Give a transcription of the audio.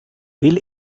will